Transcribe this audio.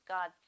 God